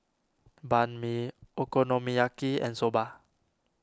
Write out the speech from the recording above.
Banh Mi Okonomiyaki and Soba